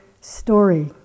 story